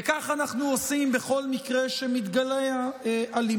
וכך אנו עושים בכל מקרה שמתגלה אלימות.